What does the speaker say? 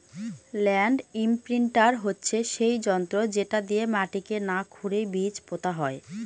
land imprinter হচ্ছে সেই যন্ত্র যেটা দিয়ে মাটিকে না খুরেই বীজ পোতা হয়